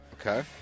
Okay